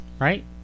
Right